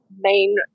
main